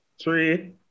Three